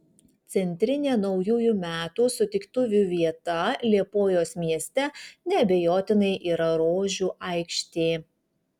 centrinė naujųjų metų sutiktuvių vieta liepojos mieste neabejotinai yra rožių aikštė